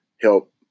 help